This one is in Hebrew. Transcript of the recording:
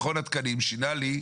מכון התקנים שינה לי,